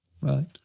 Right